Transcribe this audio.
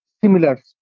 Similar